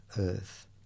earth